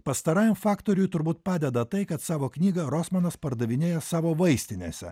pastarajam faktoriui turbūt padeda tai kad savo knygą rosmanas pardavinėja savo vaistinėse